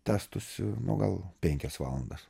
tęstųsi nu gal penkias valandas